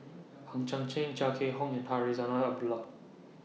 Hang Chang Chieh Chia Keng Hock and Zarinah Abdullah